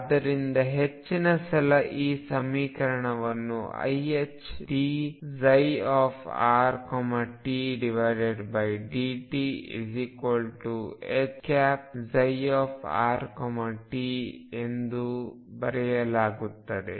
ಆದ್ದರಿಂದ ಹೆಚ್ಚಿನ ಸಲ ಈ ಸಮೀಕರಣವನ್ನುiℏdψrtdtHψrt ಎಂದೂ ಬರೆಯಲಾಗುತ್ತದೆ